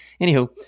Anywho